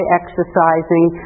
exercising